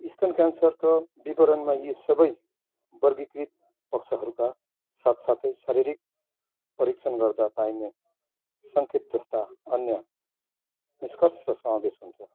स्तन क्यान्सरको विवरणमा यी सबै वर्गीकृत पक्षहरूका साथ साथै शारीरिक परीक्षण गर्दा पाइने सङ्केतजस्ता अन्य निष्कर्ष समावेश हुन्छ